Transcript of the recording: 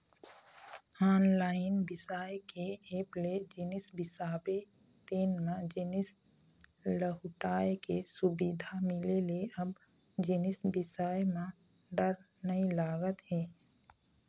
online बिसाए के app ले जिनिस बिसाबे तेन म जिनिस लहुटाय के सुबिधा मिले ले अब जिनिस बिसाए म डर नइ लागत हे